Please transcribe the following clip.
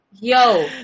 Yo